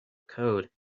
code